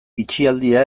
itxialdia